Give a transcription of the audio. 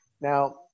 now